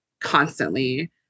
constantly